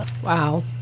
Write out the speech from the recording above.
Wow